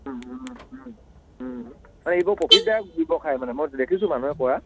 ও ও ও ও এইবোৰ প্ৰফিটদায়ক ব্যৱসায় মানে মই দেখিছোঁ মানুহে কৰা